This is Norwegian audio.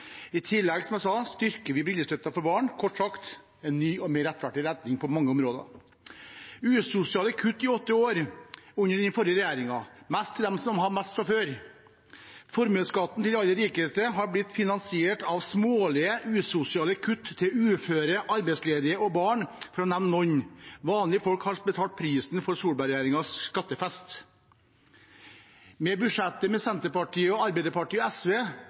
I tillegg styrker vi, som jeg sa, brillestøtten til barn. Kort sagt: en ny og mer rettferdig retning på mange områder. Det var usosiale kutt i åtte år under den forrige regjeringen. Det ble gitt mest til dem som hadde mest fra før. Formuesskattekutt til de aller rikeste har blitt finansiert av smålige, usosiale kutt til uføre, arbeidsledige og barn, for å nevne noen. Vanlige folk har betalt prisen for Solberg-regjeringens skattefest. Med dette budsjettet fra Senterpartiet, Arbeiderpartiet og SV